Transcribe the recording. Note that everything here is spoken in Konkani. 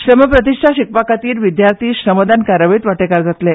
श्रमप्रतिश्ठा शिकपा खातीर विद्यार्थी श्रमदान कार्यावळींत वांटेकार जातले